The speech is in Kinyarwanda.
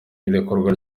irekurwa